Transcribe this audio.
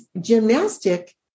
gymnastic